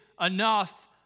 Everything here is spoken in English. enough